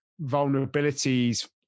vulnerabilities